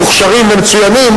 מוכשרים ומצוינים,